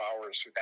hours